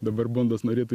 dabar bondas norėtų